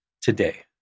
today